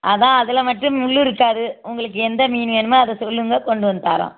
அதுதான் அதில் மட்டும் முள் இருக்காது உங்களுக்கு எந்த மீன் வேணுமோ அதை சொல்லுங்கள் கொண்டு வந்து தர்றோம்